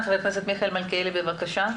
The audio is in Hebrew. חבר הכנסת מלכיאלי, בבקשה.